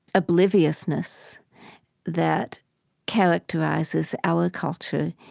obliviousness that characterizes our culture,